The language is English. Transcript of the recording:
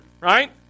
Right